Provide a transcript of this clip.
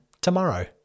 tomorrow